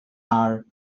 are